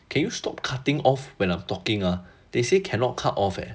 can you stop cutting off when I'm talking ah they say cannot cut off eh